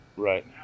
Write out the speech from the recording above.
Right